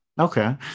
Okay